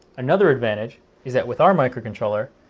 another advantage is that with our microcontroller,